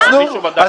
מישהו בדק למה?